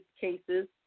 cases